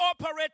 operate